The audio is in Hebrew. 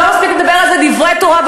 ולא מספיק לדבר על זה דברי תורה,